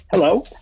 Hello